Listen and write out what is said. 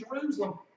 Jerusalem